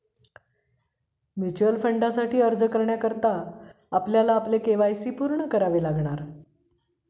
mutual फंडासाठी अर्ज करण्याकरता आपल्याला आपले के.वाय.सी पूर्ण करावे लागणार